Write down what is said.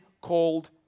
called